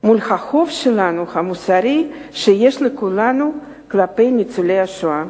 מול החוב המוסרי שיש לכולנו כלפי ניצולי השואה.